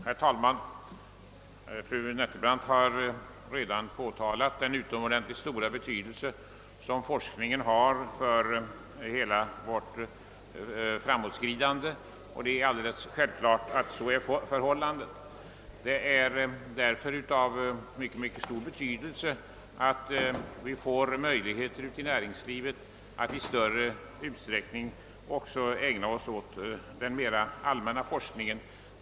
Herr talman! Fru Nettelbrandt har redan påtalat den utomordentligt stora och självklara betydelse som forskningen har för vårt framåtskridande. Därför är det av synnerligen stor vikt att näringslivet får möjlighet att i större utsträckning ägna sig åt den mera allmänna forskningen.